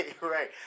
right